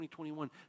2021